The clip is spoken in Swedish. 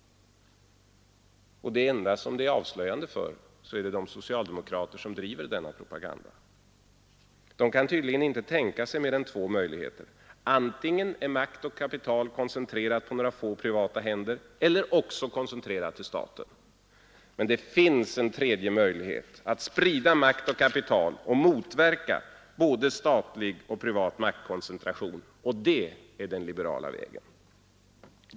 De enda det är avslöjande för är de socialdemokrater som driver denna propaganda. De kan tydligen inte tänka sig mer än två möjligheter: makt och kapital är antingen koncentrerat på några få privata händer eller också koncentrerat till staten. Men det finns en tredje möjlighet: att sprida makt och kapital och motverka både statlig och privat maktkoncentration, och det är den liberala vägen.